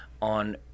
on